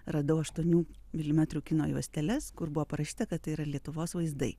radau aštuonių milimetrų kino juosteles kur buvo parašyta kad tai yra lietuvos vaizdai